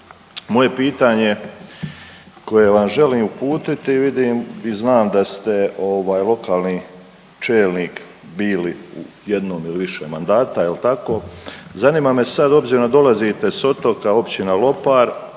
Moje pitanje koje vam želim uputiti vidim i znam da ste lokalni čelnik bili u jednom ili više mandata jel tako? Zanima me sad obzirom da dolazite s otoka Općina Lopar